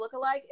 lookalike